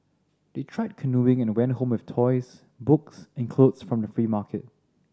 they tried canoeing and went home with toys books and clothes from the free market